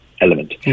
element